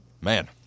Man